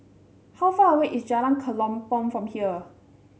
how far away is Jalan Kelempong from here